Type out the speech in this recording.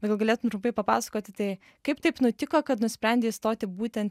gal galėtum trumpai papasakoti tai kaip taip nutiko kad nusprendei stoti būtent